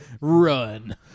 run